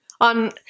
on